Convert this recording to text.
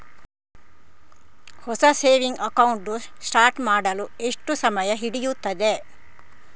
ಹೊಸ saving account start ಮಾಡಲು ಎಷ್ಟು ಸಮಯ ಹಿಡಿಯುತ್ತದೆ?